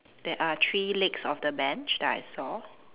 there are three legs of the bench that I saw